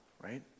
Right